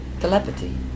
telepathy